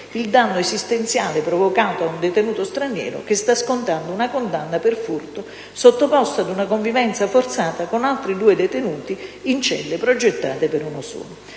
il danno esistenziale provocato a un detenuto straniero, che sta scontando una condanna per furto, sottoposto ad una convivenza forzata con altri due detenuti in celle progettate per uno solo.